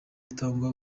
aratanga